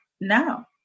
No